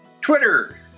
Twitter